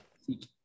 seek